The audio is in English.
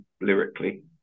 lyrically